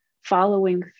following